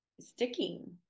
sticking